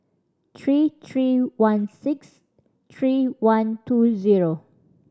three three one six three one two zero